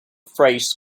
phrase